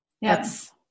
Yes